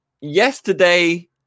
yesterday